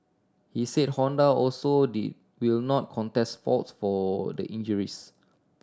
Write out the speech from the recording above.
he said Honda also they will not contest faults for the injuries